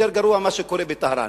יותר גרוע ממה שקורה בטהרן.